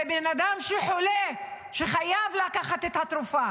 זה בן אדם חולה, שחייב לקחת את התרופה,